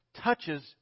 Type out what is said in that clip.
touches